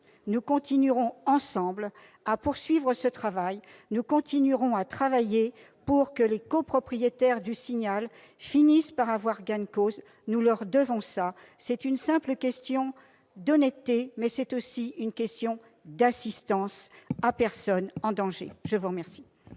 nous poursuivrons ensemble le travail. Nous continuerons à travailler pour que les copropriétaires du Signal finissent par avoir gain de cause. Nous le leur devons ! C'est une simple question d'honnêteté, mais aussi une question d'assistance à personne en danger ! L'ordre